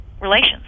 relations